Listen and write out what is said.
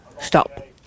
stop